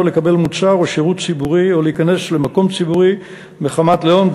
לקבל מוצר או שירות ציבורי או להיכנס למקום ציבורי מחמת לאום,